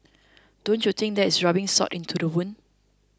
don't you think that is rubbing salt into the wound